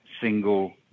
single